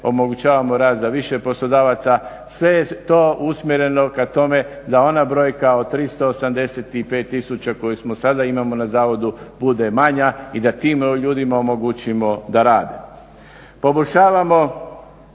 omogućavamo rad za više poslodavaca. Sve je to usmjereno ka tome da ona brojka od 385 tisuća koju sada imamo na zavodu bude manja i da tim ljudima omogućimo da rade.